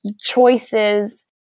choices